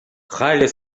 халӗ